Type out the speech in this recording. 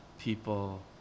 people